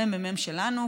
הממ"מ שלנו,